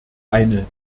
eine